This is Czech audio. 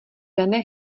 dané